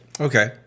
Okay